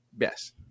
Yes